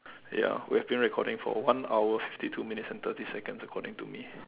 ya we have been recording for one hour fifty two minutes and thirty seconds according to me